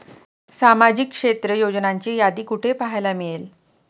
सामाजिक क्षेत्र योजनांची यादी कुठे पाहायला मिळेल?